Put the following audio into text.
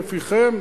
בפיכם,